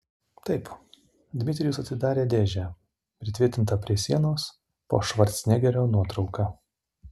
taip dmitrijus atidarė dėžę pritvirtintą prie sienos po švarcnegerio nuotrauka